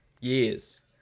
years